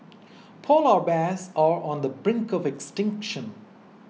Polar Bears are on the brink of extinction